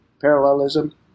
parallelism